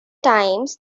times